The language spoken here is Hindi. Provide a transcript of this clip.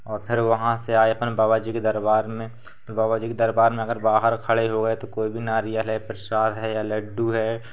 और फिर वहाँ से आए तो बाबा जी के दरबार में तो बाबा जी के दरबार में अगर बाहर खड़े हुए तो कोई भी नारियल है प्रसाद है या लड्डू है